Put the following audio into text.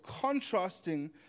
contrasting